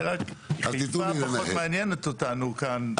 אני רק חיפה פחות מעניינת אותנו כאן.